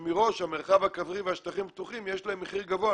שמראש למרחב הכפרי והשטחים הפתוחים יש מחיר גבוה,